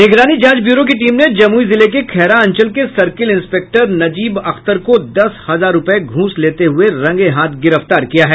निगरानी जांच ब्यूरो की टीम ने जमुई जिले के खैरा अंचल के सर्किल इंस्पेक्टर नजीब अख्तर को दस हजार रूपये घूस लेते हुए रंगे हाथ गिरफ्तार किया है